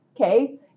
okay